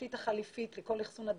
התשתית החליפית לכל אכסון הדלקים,